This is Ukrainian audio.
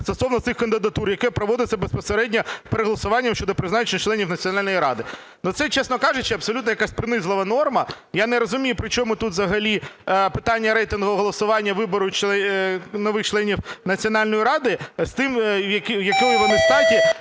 стосовно цих кандидатур, яке проводиться безпосередньо при голосуванні щодо призначення членів Національної ради". Це, чесно кажучи, абсолютно якась принизлива норма. Я не розумію, при чому тут взагалі питання рейтингового голосування вибору нових членів Національної ради з тим, якої вони статі.